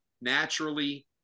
naturally